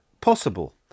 possible